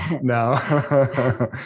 no